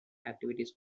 activities